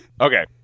Okay